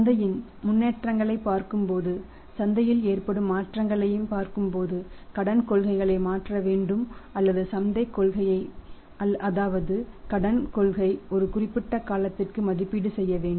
சந்தையின் முன்னேற்றங்களைப் பார்க்கும்போது சந்தையில் ஏற்படும் மாற்றங்களைப் பார்க்கும்போது கடன் கொள்கைகளை மாற்ற வேண்டும் அல்லது சந்தை கொள்கையை அதாவது கடன் கொள்கை ஒரு குறிப்பிட்ட காலத்திற்கு மதிப்பீடு செய்ய வேண்டும்